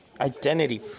identity